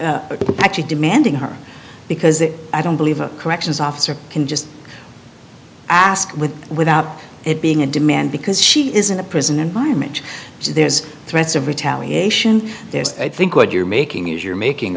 to actually demanding her because i don't believe a corrections officer can just asked with without it being a demand because she is in a prison environment there is threats of retaliation there is i think what you're making news you're making